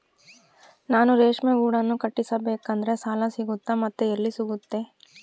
ನಾನು ರೇಷ್ಮೆ ಗೂಡನ್ನು ಕಟ್ಟಿಸ್ಬೇಕಂದ್ರೆ ಸಾಲ ಸಿಗುತ್ತಾ ಮತ್ತೆ ಎಲ್ಲಿ ಸಿಗುತ್ತೆ?